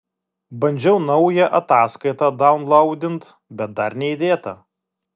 bandžiau naują ataskaitą daunlaudint bet dar neįdėta